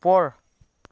ওপৰ